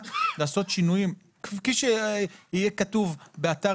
רק לעשות שינויים יהיה כתוב באתר